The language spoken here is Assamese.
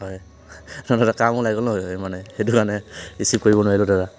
হয় দাদা কাম ওলাই গ'ল ন' মানে সেইটো কাৰণে ৰিচিভ কৰিব নোৱাৰিলো দাদা